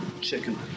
chicken